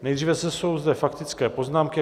Nejdříve jsou zde faktické poznámky.